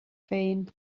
féin